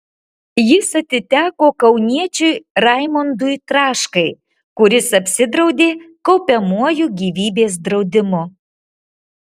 jis atiteko kauniečiui raimondui traškai kuris apsidraudė kaupiamuoju gyvybės draudimu